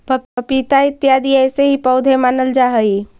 पपीता इत्यादि ऐसे ही पौधे मानल जा हई